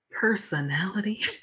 personality